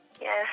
Yes